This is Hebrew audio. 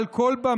מעל כל במה,